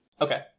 Okay